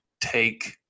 take